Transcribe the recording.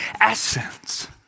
essence